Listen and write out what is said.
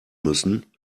müssen